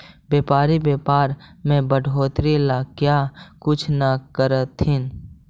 व्यापारी व्यापार में बढ़ोतरी ला क्या कुछ न करथिन